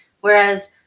Whereas